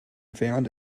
found